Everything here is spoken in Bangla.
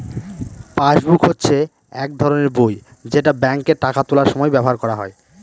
পাসবুক হচ্ছে এক ধরনের বই যেটা ব্যাঙ্কে টাকা তোলার সময় ব্যবহার করা হয়